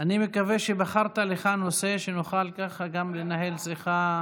אני מקווה שבחרת לך נושא, שנוכל ככה לנהל שיחה,